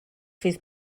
fydd